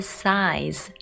size